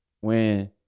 when-